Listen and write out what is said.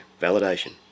validation